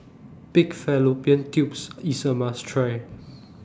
Pig Fallopian Tubes IS A must Try